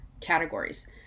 categories